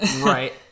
right